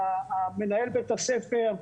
מנהל בית הספר,